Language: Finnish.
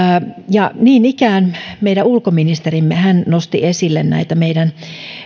niin ikään meidän ulkoministerimme nosti esille näitä meidän